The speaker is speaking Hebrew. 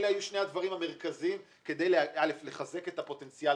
אלה היו שני הדברים המרכזיים כדי לחזק את הפוטנציאל